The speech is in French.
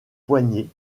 poignet